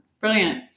brilliant